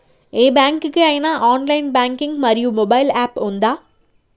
ఏ bank కి ఐనా online banking మరియు మొబైల్ యాప్ ఉందా?